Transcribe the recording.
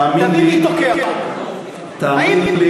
תבין מי תוקע אותו תאמין לי,